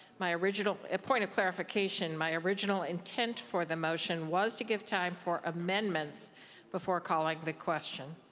my original point of clarification. my original intents for the motion was to give time for amendments before calling the question.